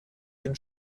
den